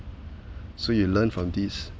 so you learn from this